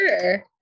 sure